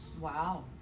Wow